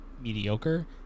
mediocre